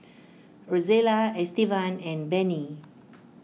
Rozella Estevan and Bennie